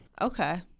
Okay